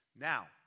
Now